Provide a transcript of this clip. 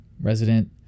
resident